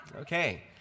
Okay